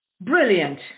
brilliant